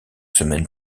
semaines